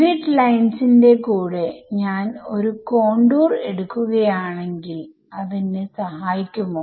grid ലൈൻസിന്റെ കൂടെ ഞാൻ എന്റെ കോണ്ടൂർ എടുക്കുകയാണെങ്കിൽ അതെന്നെ സഹായിക്കുമോ